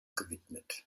gewidmet